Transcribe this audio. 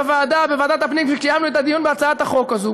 נדהמתי בוועדת הפנים כשקיימנו את הדיון בהצעת החוק הזו.